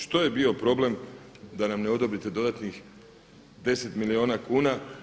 Što je bio problem da nam ne odobrite dodatnih 10 milijuna kuna?